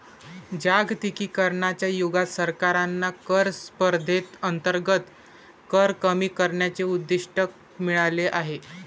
जागतिकीकरणाच्या युगात सरकारांना कर स्पर्धेअंतर्गत कर कमी करण्याचे उद्दिष्ट मिळाले आहे